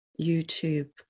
YouTube